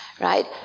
right